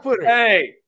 Hey